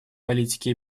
политики